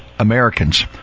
Americans